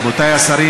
רבותי השרים,